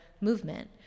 movement